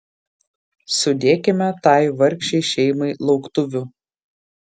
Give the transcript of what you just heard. sudėkime tai vargšei šeimai lauktuvių